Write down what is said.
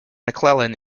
mcclellan